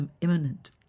imminent